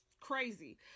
crazy